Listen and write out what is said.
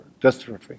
dystrophy